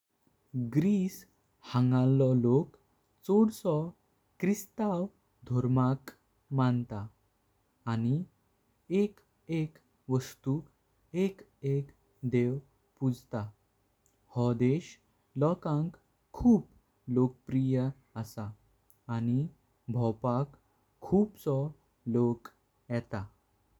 Greece हंगलो लोक छोदो ख्रिस्ताव धर्माक मन्त। आनि एक एक वस्तुंक एक एक देव पुजता। हो देश लोकांक खूप लोकप्रिय आसा आनि भावपाक खूबसो लोक येता।